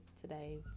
today